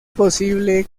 posible